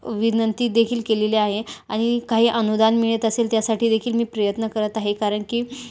विनंती देखील केलेली आहे आणि काही अनुदान मिळत असेल त्यासाठी देखील मी प्रयत्न करत आहे कारण की